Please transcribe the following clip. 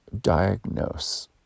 diagnose